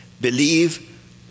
believe